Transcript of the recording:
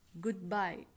Goodbye